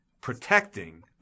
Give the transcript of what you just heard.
protecting